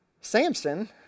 Samson